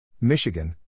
Michigan